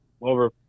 over